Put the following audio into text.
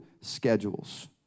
schedules